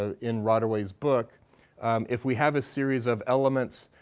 ah in rodaway's book if we have a series of elements,